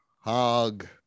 Hog